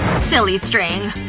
silly string.